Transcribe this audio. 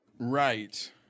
Right